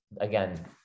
again